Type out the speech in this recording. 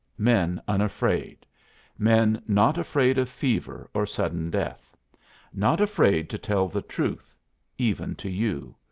men unafraid men not afraid of fever or sudden death not afraid to tell the truth even to you.